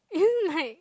and then like